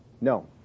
No